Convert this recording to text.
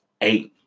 eight